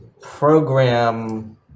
program